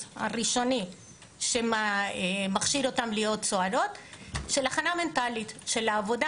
הראשוני שמכשיר אותן להיות סוהרות של הכנה מנטלית של העבודה,